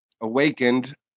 awakened